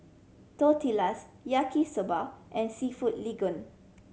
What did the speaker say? Tortillas Yaki Soba and Seafood Linguine